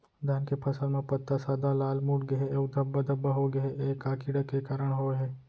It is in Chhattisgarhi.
धान के फसल म पत्ता सादा, लाल, मुड़ गे हे अऊ धब्बा धब्बा होगे हे, ए का कीड़ा के कारण होय हे?